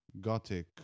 gothic